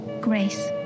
grace